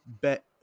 bet